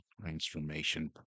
transformation